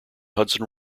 hudson